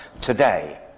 today